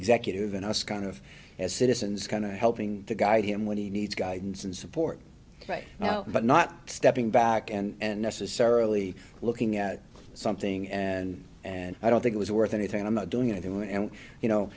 executive and us kind of as citizens kind of helping to guide him when he needs guidance and support right now but not stepping back and necessarily looking at something and and i don't think it was worth anything i'm not doing anything and you know